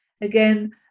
Again